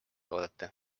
oodata